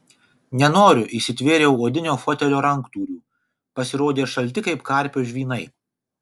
nenoriu įsitvėriau odinio fotelio ranktūrių pasirodė šalti kaip karpio žvynai